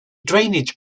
drainage